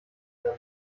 der